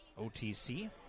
OTC